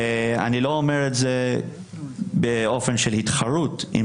אני לא אומר את זה באופן של תחרות עם